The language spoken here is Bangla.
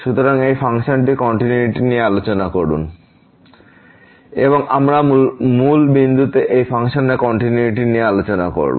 সুতরাং এই ফাংশনের কন্টিনিউয়িটি নিয়ে আলোচনা করুন fxy2x43y4x2y2xy00 0xy00 এবং আমরা মূল বিন্দুতে এই ফাংশনের কন্টিনিউইটি নিয়ে আলোচনা করব